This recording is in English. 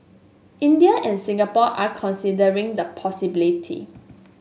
India and Singapore are considering the possibility